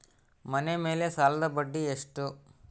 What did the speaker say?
ಮನೆ ಮೇಲೆ ಸಾಲದ ಬಡ್ಡಿ ಎಷ್ಟು?